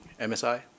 MSI